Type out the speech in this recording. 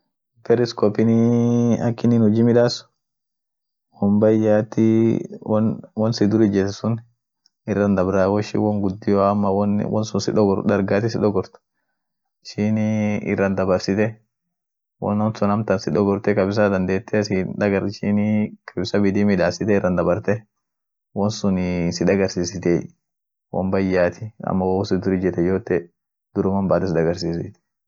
wonin sunii ak inin bisaan kas ijeem. bisaan kasii ak in midaasati kabd sun, iranaf jal dekaati sun, mal at gad vuutiteet gad ijeema, mal at iran harkisiteet olijeema. duum sunii iran deke gad deke akasisun huji midaas mal at bisaan kas midaafeno feet,